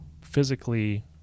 physically